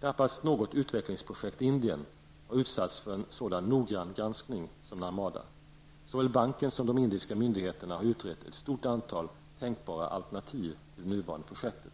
Knappast något utvecklingsprojekt i Indien har utsatts för en så noggrann granskning som Narmadaprojektet. Såväl banken som de indiska myndigheterna har utrett ett stort antal tänkbara alternativ till det nuvarande projektet.